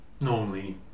normally